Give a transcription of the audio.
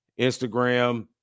Instagram